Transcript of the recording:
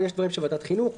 ויש דברים שוועדת חינוך,